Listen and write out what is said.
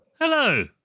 hello